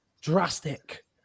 drastic